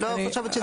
אני לא חושבת שזה.